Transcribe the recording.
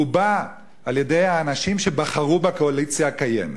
רובה על-ידי האנשים שבחרו בקואליציה הקיימת.